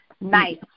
Nice